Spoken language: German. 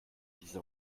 diese